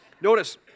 notice